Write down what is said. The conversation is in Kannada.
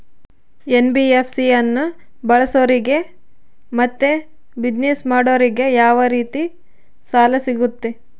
ಎನ್.ಬಿ.ಎಫ್.ಸಿ ಅನ್ನು ಬಳಸೋರಿಗೆ ಮತ್ತೆ ಬಿಸಿನೆಸ್ ಮಾಡೋರಿಗೆ ಯಾವ ರೇತಿ ಸಾಲ ಸಿಗುತ್ತೆ?